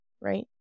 Right